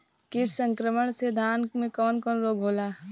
कीट संक्रमण से धान में कवन कवन रोग होला?